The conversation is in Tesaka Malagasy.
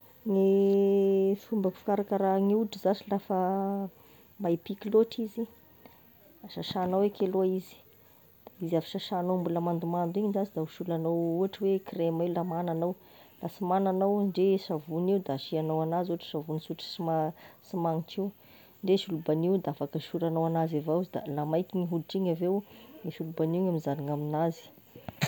Gne fomba fikarakara gny oditry zashy lafa maipiky loatry izy, sasanao eky aloha izy, izy avy sasanao mbola mandomando igny zash da osoragnao ohatry oe crème io la magna agnao, la sy magna agnao ndre savony io da asianao anazy ohatry savogny sotra sy ma- sy magnitry io, ndre solobanio de afaka osoranao anazy avao da la maiky igny hoditry igny avy eo de solobanio mizanona amignazy.